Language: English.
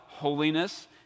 Holiness